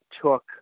took